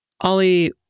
Ollie